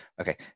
okay